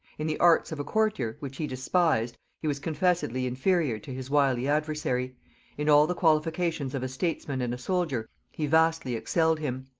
in the arts of a courtier, which he despised, he was confessedly inferior to his wily adversary in all the qualifications of a statesman and a soldier he vastly excelled him.